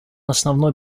основной